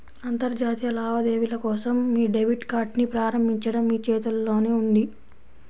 అంతర్జాతీయ లావాదేవీల కోసం మీ డెబిట్ కార్డ్ని ప్రారంభించడం మీ చేతుల్లోనే ఉంది